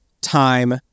time